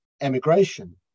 emigration